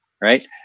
right